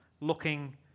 looking